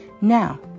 Now